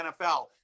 NFL